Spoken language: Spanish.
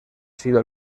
sido